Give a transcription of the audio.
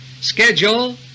schedule